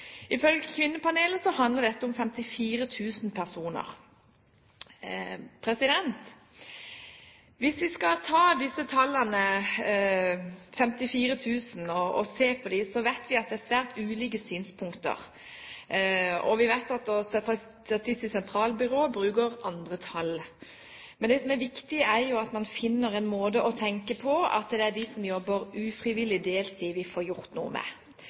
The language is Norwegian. handler dette om 54 000 personer – vi vet at det er svært ulike synspunkter her – og vi vet at Statistisk sentralbyrå bruker andre tall. Men det som er viktig, er at man finner en måte å tenke på som gjør at vi får gjort noe med dem som jobber ufrivillig deltid.